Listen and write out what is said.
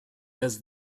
does